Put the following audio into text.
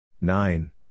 nine